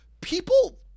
people